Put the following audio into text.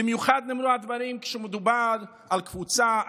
במיוחד נאמרו הדברים כשמדובר על קבוצה,